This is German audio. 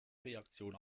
reaktion